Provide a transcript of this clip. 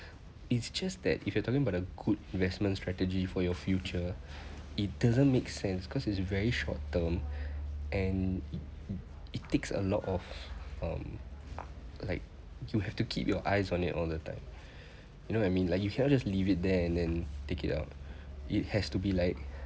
it's just that if you're talking about a good investment strategy for your future it doesn't make sense cause it's very short term and it takes a lot of um like you have to keep your eyes on it all the time you know what I mean like you cannot just leave it there and then take it out it has to be like